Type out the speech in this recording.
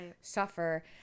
suffer